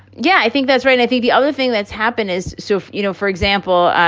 yeah, i think that's right i think the other thing that's happened is so if you know, for example,